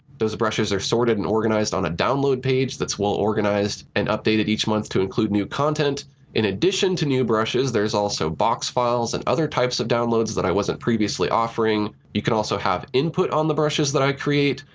those brushes are sorted and organized on a download page that's well-organized and updated each month to include new content in addition to new brushes. there's also box files and other types of downloads that i wasn't previously offering. you can also have input on the brushes that i create.